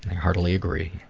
heartily agree.